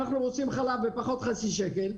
אנחנו רוצים חלב בפחות חצי שקל,